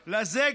לזה,